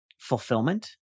fulfillment